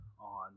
on